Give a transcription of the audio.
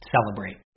Celebrate